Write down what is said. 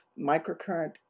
microcurrent